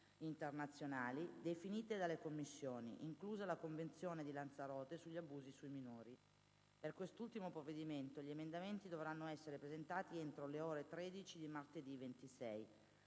internazionali definite dalle Commissioni, inclusa la Convenzione di Lanzarote sugli abusi sui minori. Per quest'ultimo provvedimento gli emendamenti dovranno essere presentati entro le ore 13 di martedì 26.